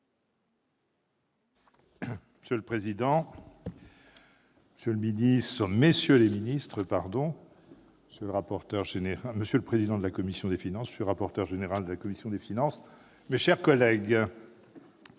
Monsieur le président, messieurs les ministres, monsieur le président de la commission des finances, monsieur le rapporteur général de la commission des finances, mes chers collègues,